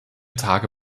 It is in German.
tage